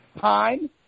time